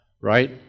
right